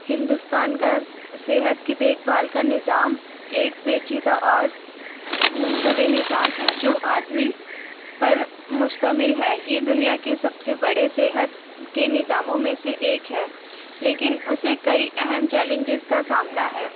ہندوستان کا صحت کی دیکھ بھال کا نظام ایک پیچیدہ اور متنوع نظام ہے جو آدمی پر مشتمل ہے یہ دنیا کے سب سے بڑے صحت کے نظاموں میں سے ایک ہے لیکن اسے کئی اہم چیلنجز کا سامنا ہے